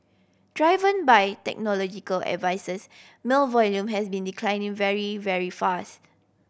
driven by technological advances mail volume has been declining very very fast